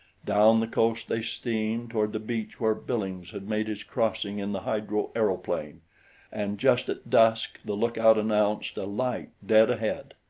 down the coast they steamed toward the beach where billings had made his crossing in the hydro-aeroplane and just at dusk the lookout announced a light dead ahead.